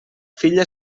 filla